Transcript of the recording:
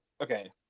okay